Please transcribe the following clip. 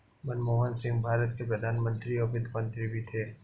मनमोहन सिंह भारत के प्रधान मंत्री और वित्त मंत्री भी थे